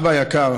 אבא היקר